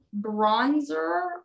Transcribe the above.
bronzer